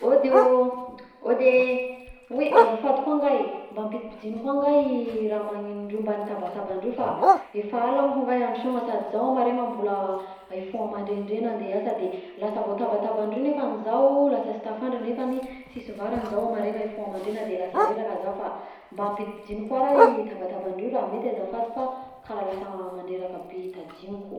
Aody ô, aody e! _x000D_ Oy! _x000D_ Azafady koa ngah e, mba ampidimpidino koa ngahy e raha magnegnondreo mban'ny tabatabandreo fa efa alina monko ingahy andro toagna sady zaho amaraina mbola hifoha amandraindraigna andeha hiasa de lasa voatabatabandreo nefany zaho lasa sy tafandry nefany sisy varany zaho amaraigna hifoha mandraigna de lasa reraka zah fa mba ampidimpidigno koe raha i tabatabandreo raha mety azafady fa karaha lasa mandreraka be hitady ino koa.